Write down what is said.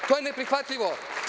To je neprihvatljivo.